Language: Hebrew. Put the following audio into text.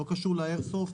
זה לא קשור לאיירסופט,